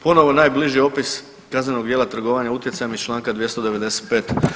Ponovno najbliži opis kaznenog djela trgovanje utjecajem iz članka 295.